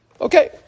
okay